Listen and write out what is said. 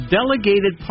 delegated